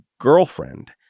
girlfriend